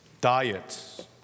diets